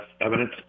evidence